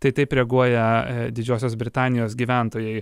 tai taip reaguoja didžiosios britanijos gyventojai